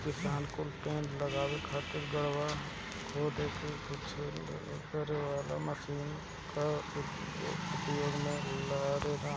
किसान कुल पेड़ लगावे खातिर गड़हा खोदे में छेद करे वाला मशीन कअ उपयोग करेलन